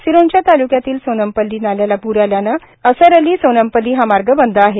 सिरोंचा ताल्क्यातील सोमनपल्ली नाल्याला पूर आल्याने असरअली सोमनपल्ली हा मार्ग बंद आहे